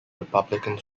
republican